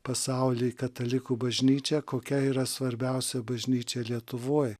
pasauly katalikų bažnyčia kokia yra svarbiausia bažnyčia lietuvoj